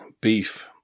beef